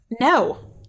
No